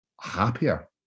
happier